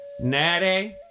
Natty